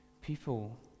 people